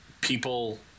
people